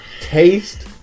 taste